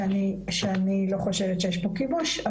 שאני לא חושבת שיש פה כיבוש,